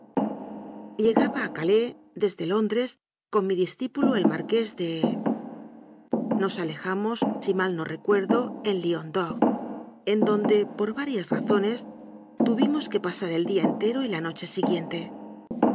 llegaba a calais desde londres con mi dis cípulo el marqués de nos alojamos si mal no recuerdo en el lion d'or en donde por varias razones tuvimos que pasar el día entero y la noche siguiente